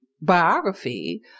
biography